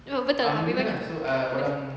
no betul memang mati